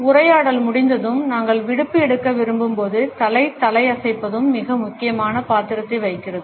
உரையாடல் முடிந்ததும் நாங்கள் விடுப்பு எடுக்க விரும்பும் போது தலை தலையசைப்பதும் மிக முக்கியமான பாத்திரத்தை வகிக்கிறது